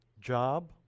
Job